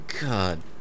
God